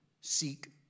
seek